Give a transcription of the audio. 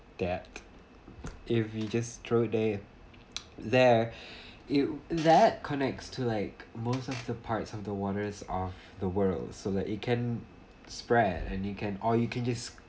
that if we just throw there there it that connects to like most of the parts of the waters of the world so that it can spread and you can or you can just